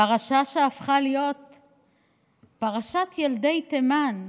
פרשה שהפכה להיות "פרשת ילדי תימן".